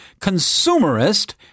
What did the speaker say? consumerist